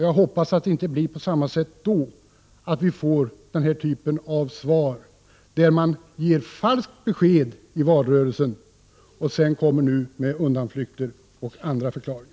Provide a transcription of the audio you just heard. Jag hoppas att det inte blir på samma sätt då — att vi får den här typen av svar, som innebär att man ger falskt besked i valrörelsen och sedan kommer med undanflykter och andra förklaringar.